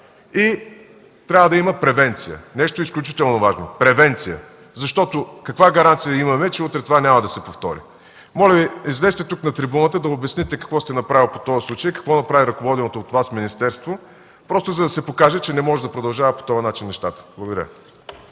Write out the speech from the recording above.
И трябва да има превенция – нещо изключително важно. Превенция! Защото каква гаранция имаме, че утре това няма да се повтори? Моля Ви, излезте тук на трибуната, за да обясните какво сте направили по този случай, какво направи ръководеното от Вас министерство, просто за да се покаже, че не може да продължават нещата по този начин. Благодаря.